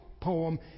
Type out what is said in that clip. poem